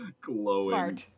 glowing